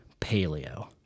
paleo